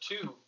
two